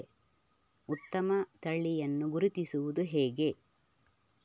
ಉತ್ತಮ ತಳಿಯನ್ನು ಗುರುತಿಸುವುದು ಹೇಗೆ?